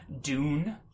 Dune